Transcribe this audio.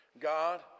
God